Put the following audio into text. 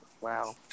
Wow